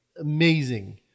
amazing